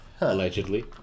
allegedly